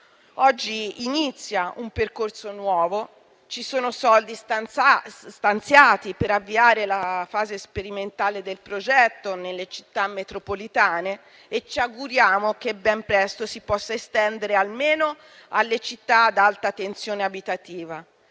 Oggi inizia un percorso nuovo, ci sono soldi stanziati per avviare la fase sperimentale del progetto nelle Città metropolitane e ci auguriamo che ben presto si possa estendere almeno alle città ad alta tensione abitativa.